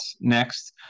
next